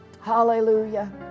Hallelujah